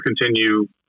continue